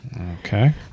Okay